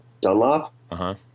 Dunlop